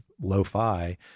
lo-fi